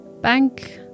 Bank